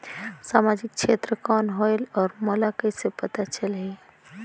समाजिक क्षेत्र कौन होएल? और मोला कइसे पता चलही?